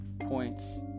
points